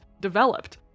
developed